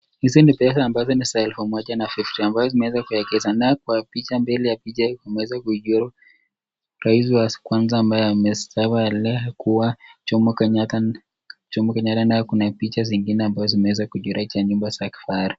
Hizi ndio pesa ambazo ni sawa 1,050 ambazo zimeweza kuyawekeza naye kwa picha mbele ya picha ameweza kuchorwa rais wa kwanza ambaye amesema alikuwa Jomo Kenyatta naye kuna picha zingine ambazo zimeweza kujiraiti ya nyumba za kifahari.